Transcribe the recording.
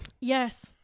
Yes